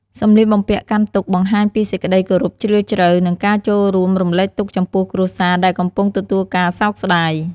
សម្លៀកបំពាក់កាន់ទុក្ខបង្ហាញពីសេចក្ដីគោរពជ្រាលជ្រៅ និងការចូលរួមរំលែកទុក្ខចំពោះគ្រួសារដែលកំពុងទទួលការសោកស្តាយ។